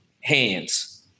hands